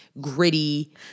gritty-